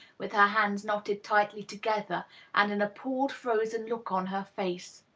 with her hands knotted tightly together and an appalled, frozen look on her face.